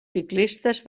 ciclistes